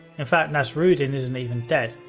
in fact, nasrudin isn't even dead.